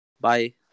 Bye